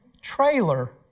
trailer